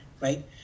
right